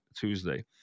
Tuesday